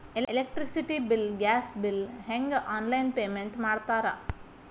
electricity bill gas bill ಹೆಂಗ online payment ಮಾಡ್ತಾರಾ